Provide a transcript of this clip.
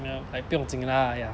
like 不用经啦 !aiya!